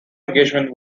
engagement